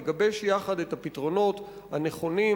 לגבש יחד את הפתרונות הנכונים,